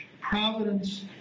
providence